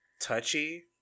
touchy